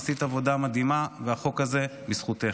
עשית עבודה מדהימה, והחוק הזה בזכותך.